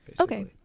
Okay